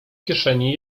kieszeni